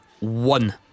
One